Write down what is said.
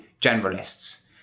generalists